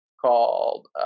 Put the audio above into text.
called